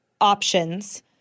options